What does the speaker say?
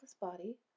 body